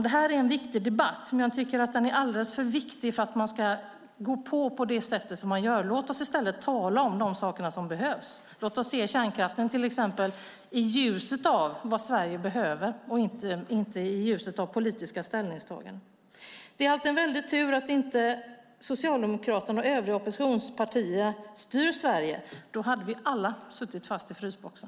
Det här är en viktig debatt, men jag tycker att den är alldeles för viktig för att man ska gå på på det sätt som man gör. Låt oss i stället tala om de saker som behövs. Låt oss se till exempel kärnkraften i ljuset av vad Sverige behöver och inte i ljuset av politiska ställningstaganden. Det är allt en väldig tur att inte Socialdemokraterna och övriga oppositionspartier styr Sverige. Då hade vi alla suttit fast i frysboxen.